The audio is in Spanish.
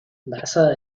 embarazada